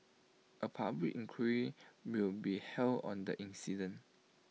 A public inquiry will be held on the incident